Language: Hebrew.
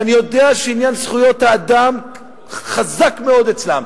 שאני יודע שעניין זכויות האדם חזק מאוד אצלם,